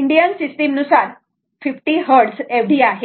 Indian system नुसार 50 hertz आहे